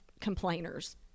complainers